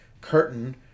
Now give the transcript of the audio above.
curtain